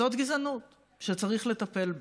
זאת גזענות שצריך לטפל בה.